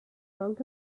monk